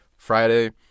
Friday